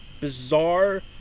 bizarre